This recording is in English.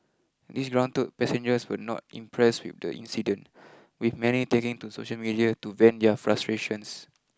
disgruntled passengers were not impressed with the incident with many taking to social media to vent their frustrations